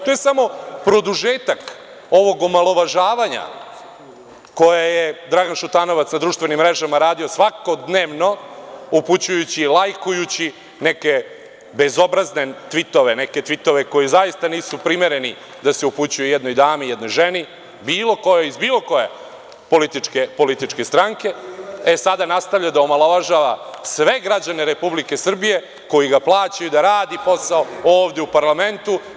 To je samo produžetak ovog omalovažavanja koje je Dragan Šutanovac na društvenim mrežama radio svakodnevno upućujući i „lajkujući“ neke bezobrazne „tvitove“, neke „tvitove“ koji zaista nisu primereni da se upućuju jednoj dami, jednoj ženi, bilo kojoj, iz bilo koje političke stranke, e sada nastavlja da omalovažava sve građane Republike Srbije koji ga plaćaju da radi posao ovde u parlamentu.